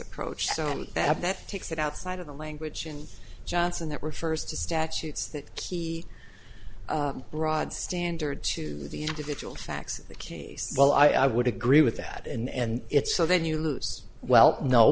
approach so that that takes it outside of the language and johnson that refers to statutes that key broad standard to the individual facts of the case well i would agree with that and it's so then you lose well no